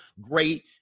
great